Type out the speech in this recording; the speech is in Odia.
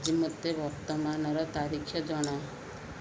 ଆଜି ମୋତେ ବର୍ତ୍ତମାନର ତାରିଖ ଜଣା